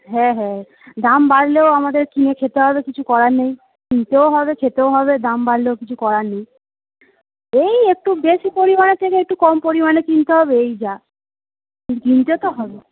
হ্যাঁ হ্যাঁ দাম বাড়লেও আমাদের কিনে খেতে হবে কিছু করার নেই কিনতেও হবে খেতেও হবে দাম বাড়লেও কিছু করার নেই এই একটু বেশি পরিমাণের থেকে একটু কম পরিমাণে কিনতে হবে এই যা কিনতে তো হবেই